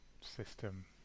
system